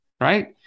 right